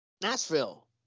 Nashville